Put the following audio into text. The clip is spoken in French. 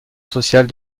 sociale